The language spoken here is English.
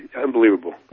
Unbelievable